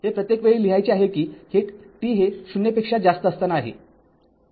हे प्रत्येक वेळी लिहायचे आहे कि हे t हे ० पेक्षा जास्त असताना आहे